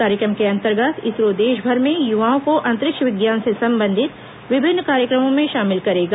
कार्यक्रम के अंतर्गत इसरो देशभर में युवाओं को अंतरिक्ष विज्ञान से संबंधित विभिन्न कार्यक्रमों में शामिल करेगा